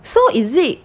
so is it